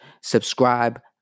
Subscribe